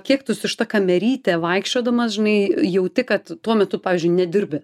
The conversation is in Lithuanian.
kiek tu su šita kameryte vaikščiodamas žinai jauti kad tuo metu pavyzdžiui nedirbi